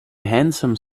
handsome